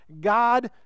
god